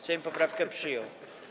Sejm poprawkę przyjął.